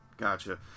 Gotcha